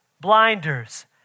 blinders